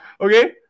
Okay